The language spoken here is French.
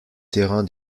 terrain